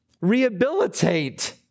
rehabilitate